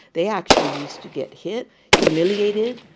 they actually used to get hit, humiliated.